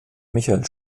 michael